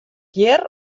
hjir